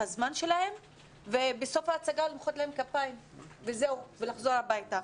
הזמן שלהם ובסוף ההצגה למחוא להם כפיים ולחזור הביתה.